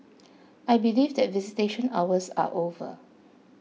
I believe that visitation hours are over